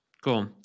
Cool